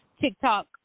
TikTok